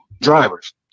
drivers